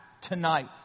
tonight